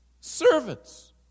servants